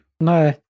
No